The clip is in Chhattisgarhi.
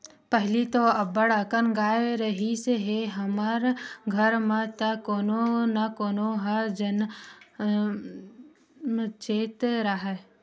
पहिली तो अब्बड़ अकन गाय रिहिस हे हमर घर म त कोनो न कोनो ह जमनतेच राहय